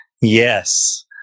yes